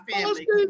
family